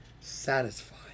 satisfied